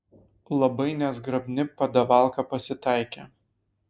labai nezgrabni padavalka pasitaikė